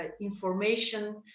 information